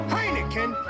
Heineken